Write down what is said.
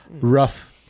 rough